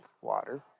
Water